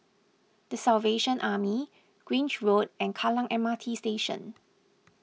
the Salvation Army Grange Road and Kallang M R T Station